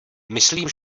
myslím